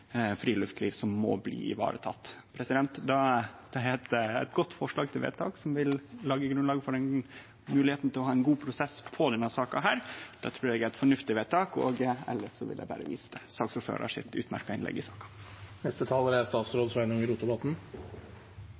friluftsliv som må bli varetekne. Det er eit godt forslag til vedtak som vil leggje grunnlag for moglegheita til å ha ein god prosess i denne saka. Eg trur det er eit fornuftig vedtak, og elles vil eg berre vise til det utmerkte innlegget saksordføraren hadde. Det er